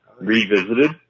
Revisited